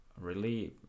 relief